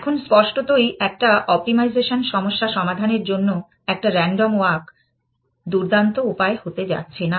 এখন স্পষ্টতই একটা অপ্টিমাইজেশান সমস্যা সমাধানের জন্য একটা রান্ডম walk দুর্দান্ত উপায় হতে যাচ্ছে না